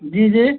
जी जी